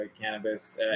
cannabis